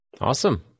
Awesome